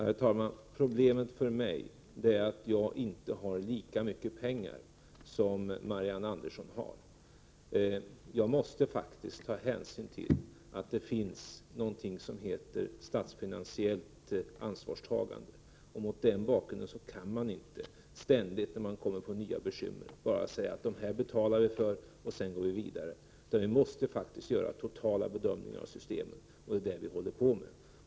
Herr talman! Problemet för mig är att jag inte har lika mycket pengar som Marianne Andersson har. Jag måste faktiskt ta hänsyn till att det finns någonting som heter statsfinansiellt ansvarstagande. Mot den bakgrunden kan man inte ständigt, där man stöter på nya bekymmer, säga att dessa betalar vi för och sedan går vi vidare. Vi måste faktiskt göra totala bedömningar av systemen. Det är det vi håller på med.